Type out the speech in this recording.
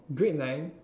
grade nine